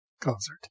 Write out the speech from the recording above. concert